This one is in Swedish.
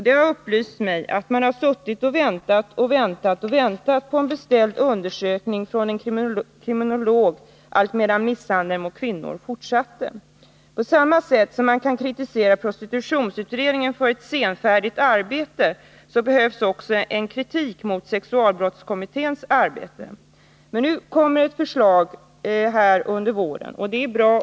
Det har upplysts mig att man väntat och åter väntat på en beställd undersökning från en kriminolog, alltmedan misshandeln av kvinnor har fortsatt. På samma sätt som man kan kritisera prostitutionsutredningen för ett senfärdigt arbete kan man anföra kritik också mot sexualbrottskommitténs arbete. Nu skall ett förslag läggas fram under våren, och det är bra.